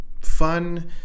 fun